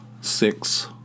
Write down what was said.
six